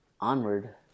Onward